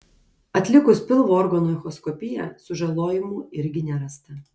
atlikus pilvo organų echoskopiją sužalojimų irgi nerasta